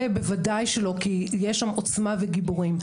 זה בוודאי שלא כי יש שם עוצמה וגיבורים.